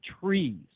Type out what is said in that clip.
trees